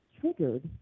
triggered